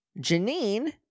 janine